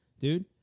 Dude